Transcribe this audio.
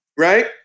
right